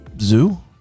zoo